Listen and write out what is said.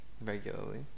regularly